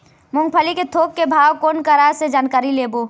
मूंगफली के थोक के भाव कोन करा से जानकारी लेबो?